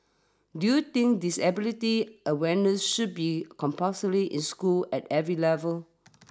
do you think disability awareness should be compulsory in schools at every level